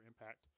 impact